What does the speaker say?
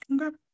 okay